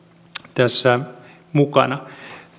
tässä mukana